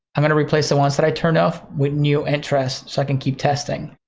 i'm gonna replace the ones that i turned off with new interests so i can keep testing.